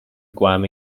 guam